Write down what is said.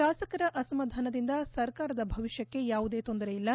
ಶಾಸಕರ ಅಸಮಾಧಾನದಿಂದ ಸರ್ಕಾರದ ಭವಿಷ್ಣಕ್ಷೆ ಯಾವ ತೊಂದರೆಯಿಲ್ಲ